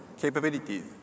capabilities